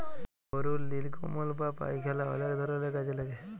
গরুর লির্গমল বা পায়খালা অলেক ধরলের কাজে লাগে